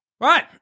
Right